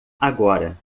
agora